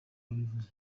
yabivuze